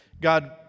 God